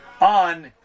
on